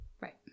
Right